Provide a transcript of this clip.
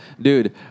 Dude